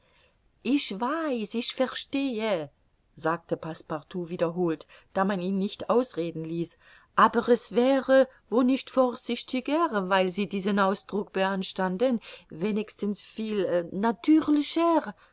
ich weiß ich verstehe sagte passepartout wiederholt da man ihn nicht ausreden ließ aber es wäre wo nicht vorsichtiger weil sie diesen ausdruck beanstanden wenigstens viel natürlicher